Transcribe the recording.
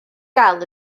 gael